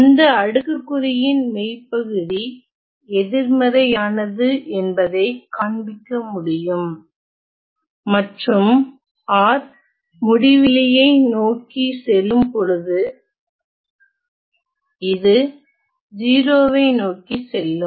அந்த அடுக்குக்குறியின் மெய்ப்பகுதி எதிர்மறையானது என்பதைக் காண்பிக்க முடியும் மற்றும் r முடிவிலியை நோக்கி செல்லும்போது இது 0 வை நோக்கி செல்லும்